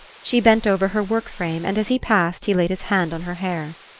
she bent over her work-frame, and as he passed he laid his hand on her hair.